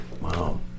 wow